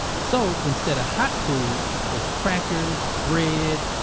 so, instead of hot food it's crackers, bread,